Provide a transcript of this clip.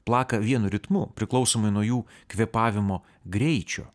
plaka vienu ritmu priklausomai nuo jų kvėpavimo greičio